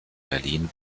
berlin